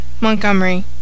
Montgomery